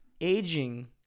aging